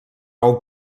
nou